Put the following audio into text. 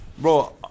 Bro